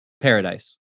paradise